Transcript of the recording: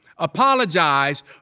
apologize